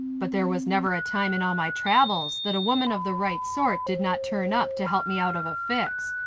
but there was never a time in all my travels that a woman of the right sort did not turn up to help me out of a fix.